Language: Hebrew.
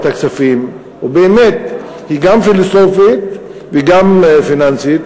הכספים ובאמת היא גם פילוסופית והיא גם פיננסית.